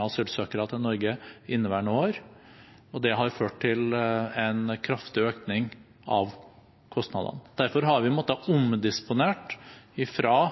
asylsøkere til Norge inneværende år. Det har ført til en kraftig økning i kostnadene. Derfor har vi måttet omdisponere fra